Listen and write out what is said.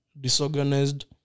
disorganized